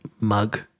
mug